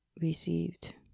received